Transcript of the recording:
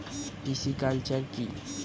Pisciculture কি?